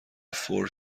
فور